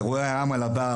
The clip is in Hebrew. אירוע העם על הבר,